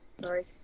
Sorry